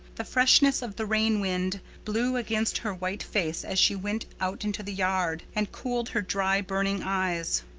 the freshness of the rain-wind blew against her white face as she went out into the yard, and cooled her dry, burning eyes.